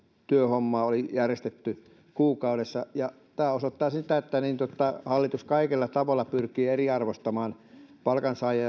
työhommaa oli järjestetty kuukaudessa tämä osoittaa sen että hallitus kaikilla tavoilla pyrkii eriarvoistamaan palkansaajia